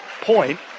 point